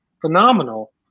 phenomenal